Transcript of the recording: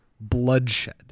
bloodshed